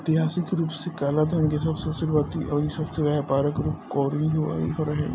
ऐतिहासिक रूप से कालाधान के सबसे शुरुआती अउरी सबसे व्यापक रूप कोरवी रहे